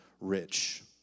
rich